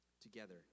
Together